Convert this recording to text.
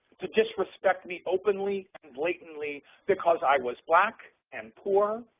to disrespect me openly and blatantly because i was black and poor,